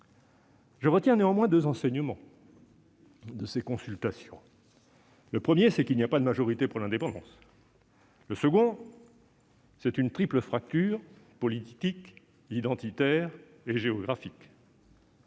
Je retiens néanmoins deux enseignements de ces consultations. Le premier est qu'il n'y a pas de majorité pour l'indépendance. Le second est qu'une triple fracture- politique, identitaire et géographique